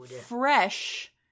fresh